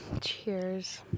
Cheers